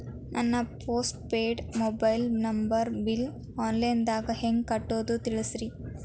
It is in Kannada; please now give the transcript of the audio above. ನನ್ನ ಪೋಸ್ಟ್ ಪೇಯ್ಡ್ ಮೊಬೈಲ್ ನಂಬರನ್ನು ಬಿಲ್ ಆನ್ಲೈನ್ ದಾಗ ಹೆಂಗ್ ಕಟ್ಟೋದು ತಿಳಿಸ್ರಿ